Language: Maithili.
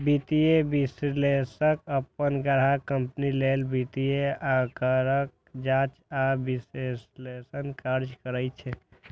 वित्तीय विश्लेषक अपन ग्राहक कंपनी लेल वित्तीय आंकड़ाक जांच आ विश्लेषणक काज करै छै